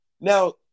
Now